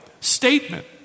statement